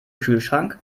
kühlschrank